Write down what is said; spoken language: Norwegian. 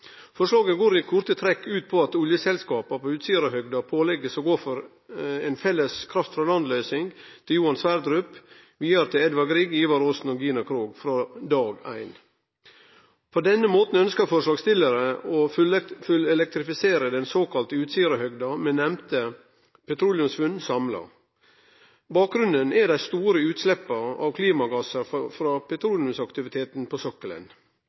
Forslaget går i korte trekk ut på at oljeselskapa på Utsirahøgda blir pålagde å gå for ei felles kraft frå land-løysing til Johan Sverdrup og vidare til Edvard Grieg, Ivar Aasen og Gina Krog frå dag éin. På denne måten ønskjer forslagsstillarane å fullelektrifisere den såkalla Utsirahøgda med nemnde petroleumsfunn samla. Bakgrunnen er dei store utsleppa av klimagassar frå petroleumsaktiviteten på sokkelen.